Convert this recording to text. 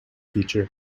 feature